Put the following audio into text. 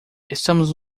estamos